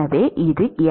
எனவே இது x